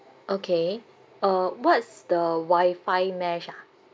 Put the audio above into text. okay uh what's the Wi-Fi mesh ah